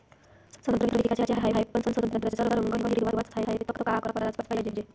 संत्रे विकाचे हाये, पन संत्र्याचा रंग हिरवाच हाये, त का कराच पायजे?